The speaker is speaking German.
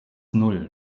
null